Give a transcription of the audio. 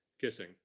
kissing